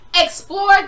Explore